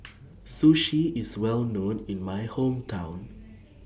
Sushi IS Well known in My Hometown